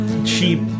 Cheap